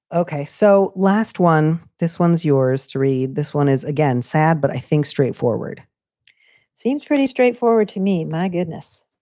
ok. so last one. this one's yours to read. this one is again, sad, but i think straightforward seems pretty straightforward to me my goodness.